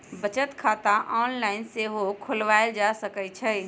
बचत खता ऑनलाइन सेहो खोलवायल जा सकइ छइ